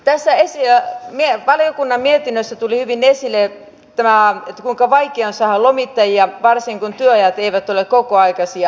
tässä valiokunnan mietinnössä tuli hyvin esille kuinka vaikeaa on saada lomittajia varsinkin kun työajat eivät ole kokoaikaisia